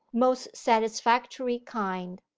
most satisfactory kind,